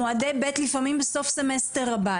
מועדי ב' לפעמים בסוף סמסטר הבא.